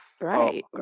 right